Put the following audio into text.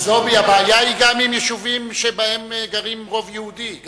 הבעיה היא גם עם יישובים שבהם גר רוב יהודי.